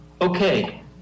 Okay